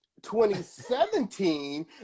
2017